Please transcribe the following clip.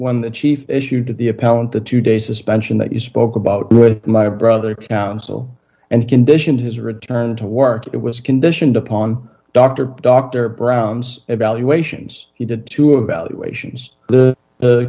when the chief issued to the appellant the two day suspension that you spoke about with my brother counsel and condition his return to work it was conditioned upon dr dr brown's evaluations he did to evaluations the